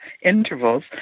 intervals